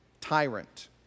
tyrant